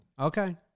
okay